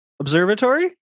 Observatory